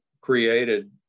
created